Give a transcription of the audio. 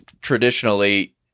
traditionally